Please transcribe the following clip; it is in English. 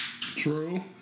True